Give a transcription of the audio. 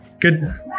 Good